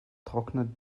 trocknet